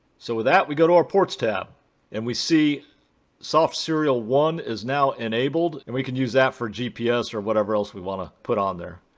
so with that we go to our ports tab and we see soft serial one is now enabled and we can use that for gps or whatever else we want to put on there.